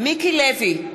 מיקי לוי,